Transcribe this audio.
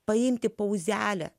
paimti pauzelę